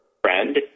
friend